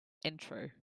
intro